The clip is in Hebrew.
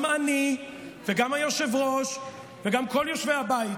וגם אתם וגם אני וגם היושב-ראש וגם כל יושבי הבית